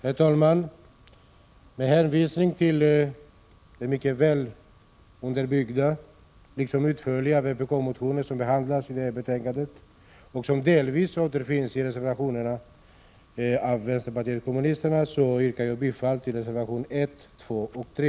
Herr talman! Med hänvisning till den mycket väl underbyggda och utförliga vpk-motion som behandlas i detta betänkande och som delvis återfinns i reservationerna av vänsterpartiet kommunisterna yrkar jag bifall till reservationerna 1, 2 och 3.